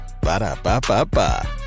Ba-da-ba-ba-ba